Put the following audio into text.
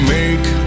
make